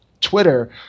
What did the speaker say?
Twitter